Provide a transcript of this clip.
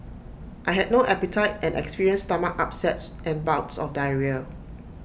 I had no appetite and experienced stomach upsets and bouts of diarrhoea